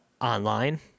online